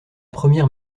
première